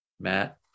Matt